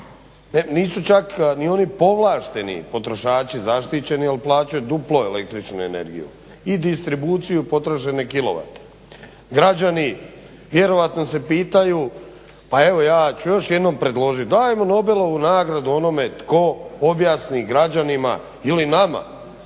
Nisu čak ni oni povlašteni potrošači zaštićeni jel plaćaju duplo električnu energiju i distribuciju potrošene kilovate. Građani vjerojatno se pitaju pa evo ja ću još jednom predložit, dajmo Nobelovu nagradu onome tko objasni građanima ili nama